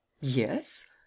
Yes